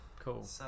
cool